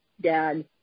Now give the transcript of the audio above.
dad